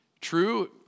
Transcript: true